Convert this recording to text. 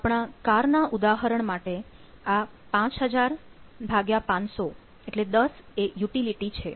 આપણા કારના ઉદાહરણ માટે આ 5000500 એટલે 10 એ યુટીલીટી છે